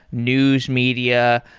news media,